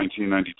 1992